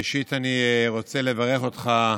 ראשית, אני רוצה לברך אותך,